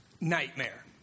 Nightmare